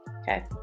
okay